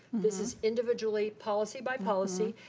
this is individually, policy by policy,